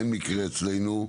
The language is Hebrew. אין מקרה אצלנו,